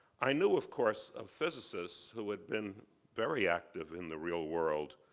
i knew, of course, of physicists who had been very active in the real world.